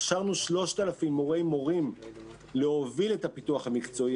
הכשרנו 3,000 מורי מורים להוביל את הפיתוח המקצועי